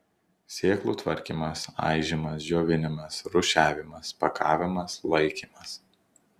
sėklų tvarkymas aižymas džiovinimas rūšiavimas pakavimas laikymas